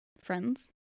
friends